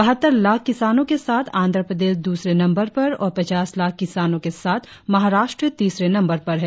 बहत्तर लाख किसानों के साथ आंध्रप्रदेश द्रसरे नंबर पर और पचास लाख किसानों के साथ महाराष्ट्र तीसरे नंबर पर है